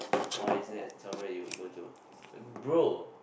why is that somewhere you will go to bro